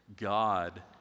God